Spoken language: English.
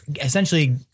essentially